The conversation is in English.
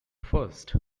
first